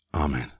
Amen